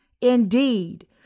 Indeed